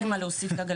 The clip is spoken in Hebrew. אין לי מה להוסיף כרגע,